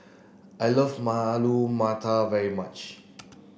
I love Alu Matar very much